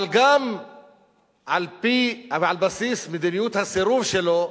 אבל גם על בסיס מדיניות הסירוב שלו,